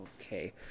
Okay